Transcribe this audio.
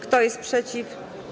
Kto jest przeciw?